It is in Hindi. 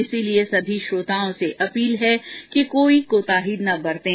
इसलिए सभी श्रोताओं से अपील है कि कोई भी कोताही न बरतें